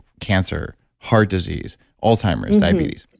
cancer heart disease, alzheimer's, diabetes. but